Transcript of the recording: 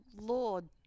Lord